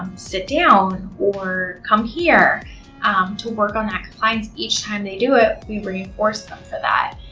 sit down or come here to work on that compliance. each time they do it, we've reinforced them for that.